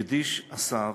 הקדיש השר